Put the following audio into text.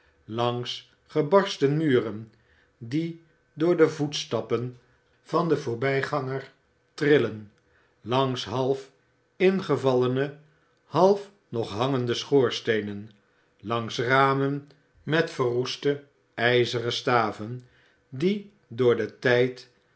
langs gebarsten muren die door de voetstappen van den voorbijganger trillen langs half ingevallene half nog hangende schoorsteenen langs ramen met verroeste ijzeren staven die door den tijd